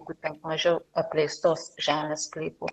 būtent mažiau apleistos žemės sklypų